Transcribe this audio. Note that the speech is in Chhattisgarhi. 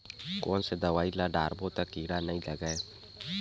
कोन से दवाई ल डारबो त कीड़ा नहीं लगय?